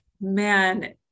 man